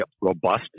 robust